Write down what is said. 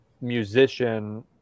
musician